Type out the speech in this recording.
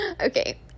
Okay